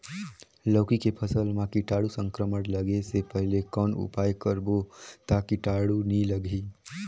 लौकी के फसल मां कीटाणु संक्रमण लगे से पहले कौन उपाय करबो ता कीटाणु नी लगही?